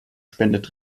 spendet